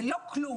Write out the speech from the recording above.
זה לא כלום.